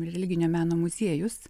religinio meno muziejus